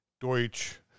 Deutsch